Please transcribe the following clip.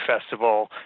festival